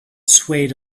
swayed